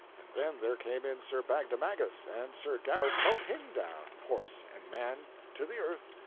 and then there came in sir bagdemagus, and sir gareth smote him down horse and man to the earth.